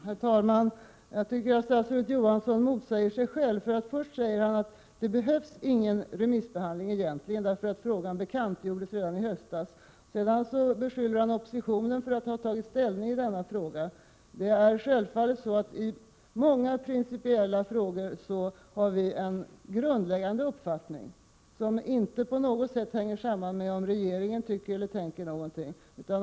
Herr talman! Jag tycker att statsrådet Johansson motsäger sig själv. Först säger han att det egentligen inte behövs någon remissbehandling därför att frågan bekantgjordes redan i höstas. Sedan beskyller han oppositionen för att ha tagit ställning i denna fråga. Självfallet har vi i många principiella frågor en grundläggande uppfattning som inte på något sätt hänger samman med om regeringen tycker eller tänker någonting.